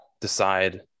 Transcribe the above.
decide